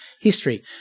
history